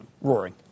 roaring